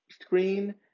screen